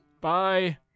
Bye